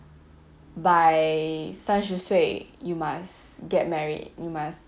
by 三十岁 you must get married you must